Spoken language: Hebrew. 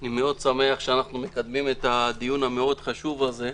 אני מאוד שמח שאנחנו מקדמים את הדיון המאוד חשוב הזה.